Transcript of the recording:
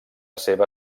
seva